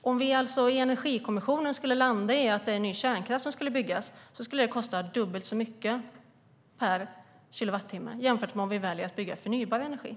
Om vi i Energikommissionen skulle landa i att det är ny kärnkraft som ska byggas skulle det alltså kosta dubbelt så mycket per kilowattimme jämfört med om vi väljer att bygga förnybar energi.